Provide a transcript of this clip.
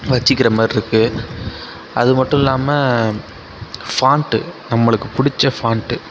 வெச்சுக்கிற மாதிரி இருக்குது அது மட்டும் இல்லாமல் ஃபாண்ட்டு நம்மளுக்கு பிடிச்ச ஃபாண்ட்டு